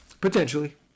potentially